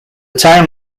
town